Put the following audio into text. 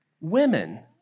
women